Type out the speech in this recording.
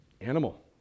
Animal